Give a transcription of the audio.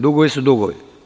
Dugovi su dugovi.